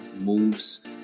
moves